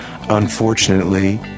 unfortunately